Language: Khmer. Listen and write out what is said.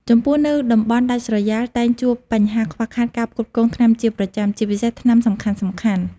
ចំពោះនៅតំបន់ដាច់ស្រយាលតែងជួបបញ្ហាខ្វះខាតការផ្គត់ផ្គង់ថ្នាំជាប្រចាំ ជាពិសេសថ្នាំសំខាន់ៗ។